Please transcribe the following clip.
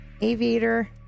aviator